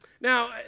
Now